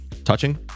Touching